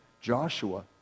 Joshua